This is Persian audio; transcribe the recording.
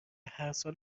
هرسال